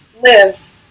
live